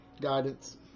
Guidance